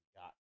got